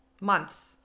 months